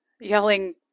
yelling